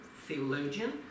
theologian